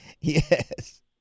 Yes